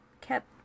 kept